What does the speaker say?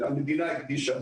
המדינה הקדישה,